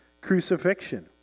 crucifixion